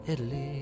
Italy